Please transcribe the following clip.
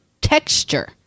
texture